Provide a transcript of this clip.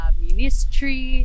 ministry